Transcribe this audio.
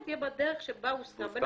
יהיה בדרך שבה הוסכם בין הצדדים.